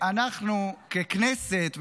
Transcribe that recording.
אנחנו ככנסת,